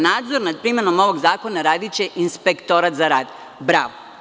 Nadzor nad primenom ovog zakona radiće inspektorat za rad – bravo.